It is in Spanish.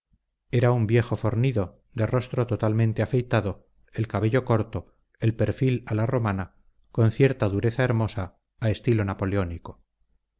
era un viejo fornido de rostro totalmente afeitado el cabello corto el perfil a la romana con cierta dureza hermosa a estilo napoleónico